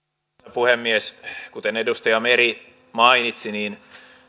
puhemies kuten edustaja meri mainitsi